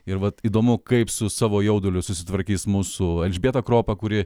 ir vat įdomu kaip su savo jauduliu susitvarkys mūsų elžbieta kropa kuri